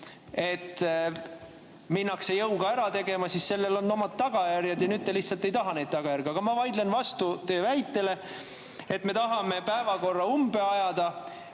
et minnakse jõuga ära tegema, siis sellel on omad tagajärjed. Ja nüüd te lihtsalt ei taha neid tagajärgi. Aga ma vaidlen vastu teie väitele, et me tahame päevakorra umbe ajada.